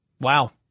Wow